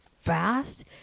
fast